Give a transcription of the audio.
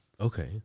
Okay